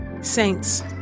Saints